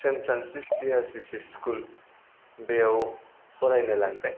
सेन फ्रान्ससिस जेआ सि सि स्कुल बेयाव फरायनो लांदों